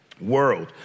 world